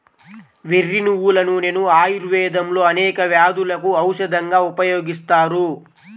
వెర్రి నువ్వుల నూనెను ఆయుర్వేదంలో అనేక వ్యాధులకు ఔషధంగా ఉపయోగిస్తారు